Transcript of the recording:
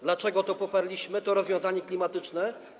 Dlaczego to poparliśmy, to rozwiązanie klimatyczne?